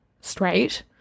straight